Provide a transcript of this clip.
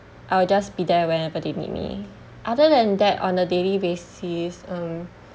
I'll just be there whenever they need me other than that on a daily basis um